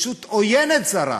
ישות עוינת זרה.